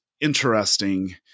interesting